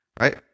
right